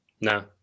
No